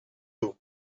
d’eau